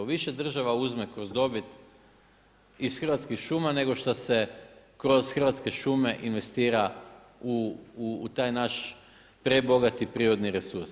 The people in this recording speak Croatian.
Više država uzme kroz dobit iz Hrvatskih šuma, nego što se kroz Hrvatske šume investira u taj naš prebogati prirodni resurs.